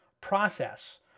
process